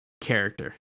character